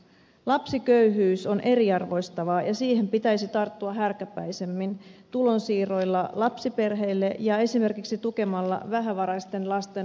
lapsiköyhyys on eriarvoistavaa ja siihen pitäisi tarttua härkäpäisemmin tulonsiirroilla lapsiperheille ja esimerkiksi tukemalla vähävaraisten lasten harrastuksia